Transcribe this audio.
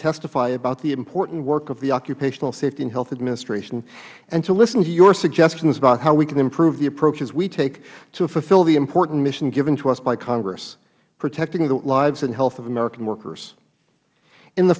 testify about the important work of the occupational safety and health administration and to listen to your suggestions about how we can improve the approaches we take to fulfill the important mission given to us by congress protecting the lives and health of american workers in the